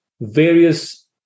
various